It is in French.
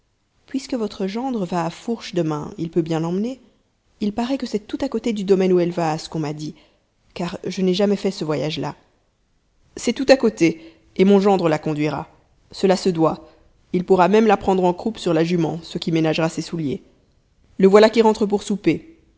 puisque votre gendre va à fourche demain il peut bien l'emmener il paraît que c'est tout à côté du domaine où elle va à ce qu'on m'a dit car je n'ai jamais fait ce voyage là c'est tout à côté et mon gendre la conduira cela se doit il pourra même la prendre en croupe sur la jument ce qui ménagera ses souliers le voilà qui rentre pour souper